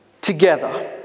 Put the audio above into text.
together